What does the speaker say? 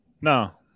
No